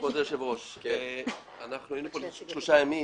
כבוד היושב ראש, לפני שלושה ימים